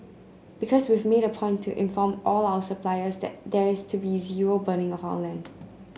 because we've made a point to inform all our suppliers that there is to be zero burning of our land